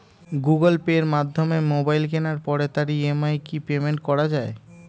Google পের মাধ্যমে mobile কেনার পরে তার ই.এম.আই কি পেমেন্ট করা যায়?